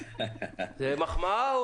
זה מחמאה?